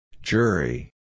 Jury